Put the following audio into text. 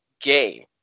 game